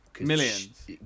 Millions